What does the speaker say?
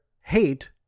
hate